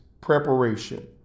preparation